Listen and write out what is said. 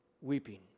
weeping